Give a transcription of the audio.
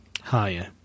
Higher